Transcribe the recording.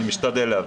אני משתדל להבין.